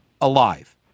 alive